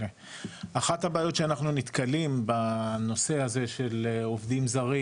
אחת הבעית שאנחנו נתקלים בנושא הזה של עובדים זרים